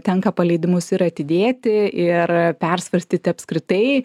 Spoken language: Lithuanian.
tenka paleidimus ir atidėti ir persvarstyti apskritai